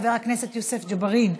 חבר הכנסת טלב אבו עראר,